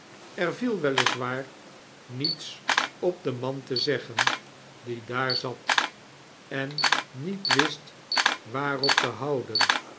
er viel wel is waar niets op den man te zeggen die daar zat en niet wist waar op te houden